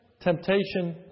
temptation